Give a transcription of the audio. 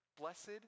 Blessed